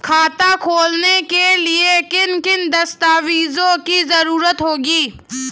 खाता खोलने के लिए किन किन दस्तावेजों की जरूरत होगी?